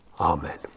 Amen